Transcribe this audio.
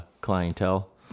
clientele